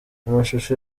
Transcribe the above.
amashusho